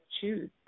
choose